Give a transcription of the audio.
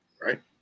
Right